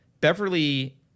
Beverly